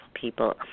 people